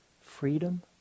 freedom